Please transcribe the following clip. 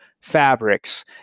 fabrics